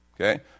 Okay